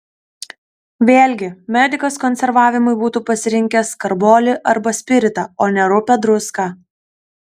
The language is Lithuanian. vėlgi medikas konservavimui būtų pasirinkęs karbolį arba spiritą o ne rupią druską